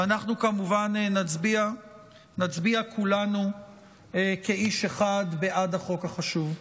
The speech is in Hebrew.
אנחנו כמובן נצביע כולנו כאיש אחד בעד החוק החשוב.